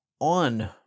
on